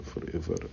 forever